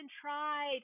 tried